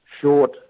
short